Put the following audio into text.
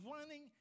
running